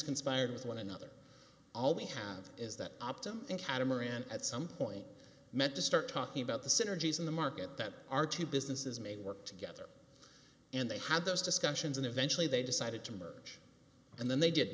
conspired with one another all we have is that optimum catamaran at some point met to start talking about the synergies in the market that are two businesses may work together and they had those discussions and eventually they decided to merge and then they